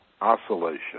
oscillation